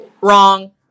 Wrong